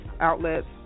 outlets